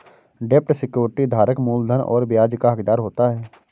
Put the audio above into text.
डेब्ट सिक्योरिटी धारक मूलधन और ब्याज का हक़दार होता है